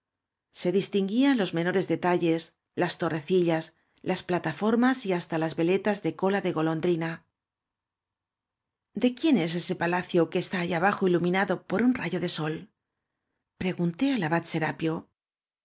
tinguían los menores detalles las torrecillas las plataformas y hasta las veletas de cola de golondrina de quién es ese palacio que está allá abajo iluminado por un rayo de sol preguotéal abad serapio